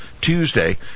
Tuesday